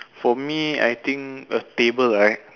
for me I think a table right